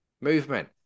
movement